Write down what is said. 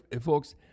folks